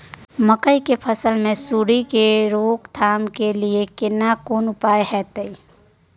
मकई की फसल मे सुंडी के रोक थाम के लिये केना कोन उपाय हय?